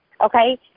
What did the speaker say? Okay